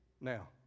now